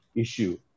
issue